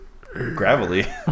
gravelly